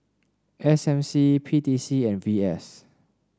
S M C P T C and V S